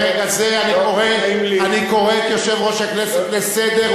ברגע זה אני קורא את יושב-ראש הכנסת לסדר,